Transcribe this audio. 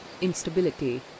Instability